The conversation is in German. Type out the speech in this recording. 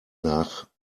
nach